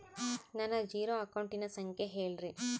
ನನ್ನ ಜೇರೊ ಅಕೌಂಟಿನ ಸಂಖ್ಯೆ ಹೇಳ್ರಿ?